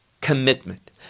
commitment